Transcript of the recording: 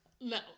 No